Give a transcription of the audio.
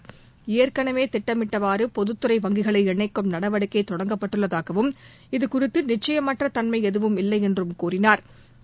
வங்கிகளை ஏற்கனவே திட்டமிட்டவாறு பொதுத்துறை இணக்கும் நடவடிக்கை தொடங்கப்பட்டுள்ளதாகவும் இதுகுறித்து நிச்சயமற்ற தன்மை எதுவும் இல்லை என்றும் கூறினாா்